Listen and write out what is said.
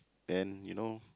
then you know